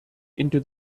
into